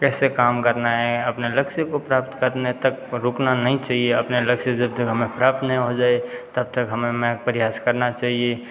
कैसे काम करना है अपने लक्ष्य को प्राप्त करने तक रुकना नहीं चहिए अपने लक्ष्य जब तक हमें प्राप्त नहीं हो जाए तब तक हमें में प्रयास करना चहिए